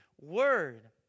word